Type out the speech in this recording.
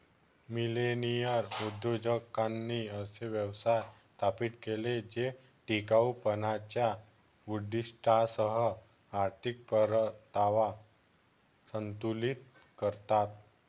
millennial उद्योजकांनी असे व्यवसाय स्थापित केले जे टिकाऊपणाच्या उद्दीष्टांसह आर्थिक परतावा संतुलित करतात